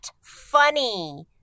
funny